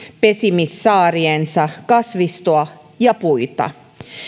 pesimissaariensa kasvistoa ja puita